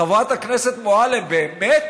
חברת הכנסת מועלם, באמת